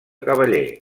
cavaller